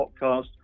podcast